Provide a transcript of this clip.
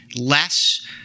less